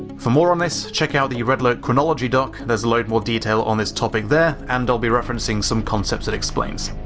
for more on this, check out the red alert chronology doc, there's a load more detail on this topic there, and i'll be referencing some concepts it explains.